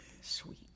Sweet